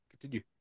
Continue